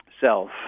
self